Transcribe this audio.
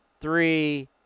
three